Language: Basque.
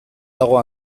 dago